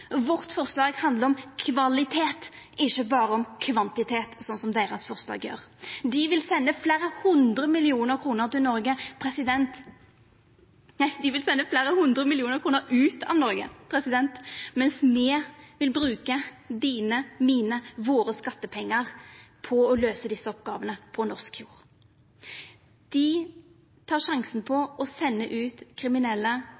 Vårt forslag handlar om kvalitet, ikkje berre om kvantitet, slik deira forslag gjer. Dei vil senda fleire hundre millionar kroner ut av Noreg, mens me vil bruka dine og mine – våre – skattepengar til å løysa desse oppgåvene på norsk jord. Dei tek sjansen